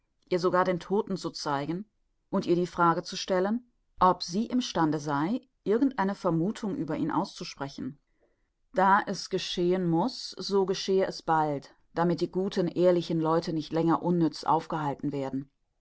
ihr sogar den todten zu zeigen und ihr die frage zu stellen ob sie im stande sei irgend eine vermuthung über ihn auszusprechen da es geschehen muß so geschehe es bald damit die guten ehrlichen leute nicht länger unnütz aufgehalten werden